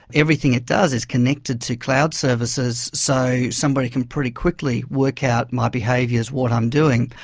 everything it does is connected to cloud services, so somebody can pretty quickly work out my behaviours, what i'm doing.